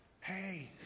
hey